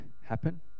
happen